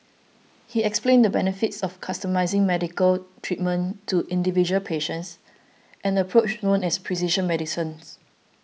he explained the benefits of customising medical treatment to individual patients an approach known as precision medicine